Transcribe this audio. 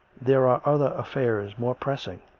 there are other affairs more press ing.